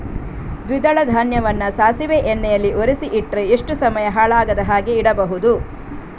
ದ್ವಿದಳ ಧಾನ್ಯವನ್ನ ಸಾಸಿವೆ ಎಣ್ಣೆಯಲ್ಲಿ ಒರಸಿ ಇಟ್ರೆ ಎಷ್ಟು ಸಮಯ ಹಾಳಾಗದ ಹಾಗೆ ಇಡಬಹುದು?